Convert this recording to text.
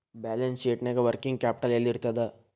Balance ಶೇಟ್ನ್ಯಾಗ working capital ಯೆಲ್ಲಿರ್ತದ?